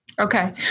Okay